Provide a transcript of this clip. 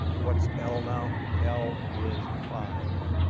what's l now? l is five.